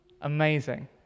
Amazing